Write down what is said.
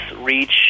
reach